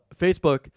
Facebook